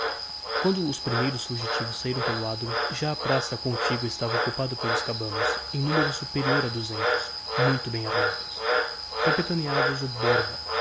quando os primeiros fugitivos sairam para o adro já a praça contigua estava occupada pelos cabanos em numero superior a duzentos muito bem armados capitaneava os o borba